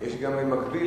יש גם במקביל,